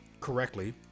correctly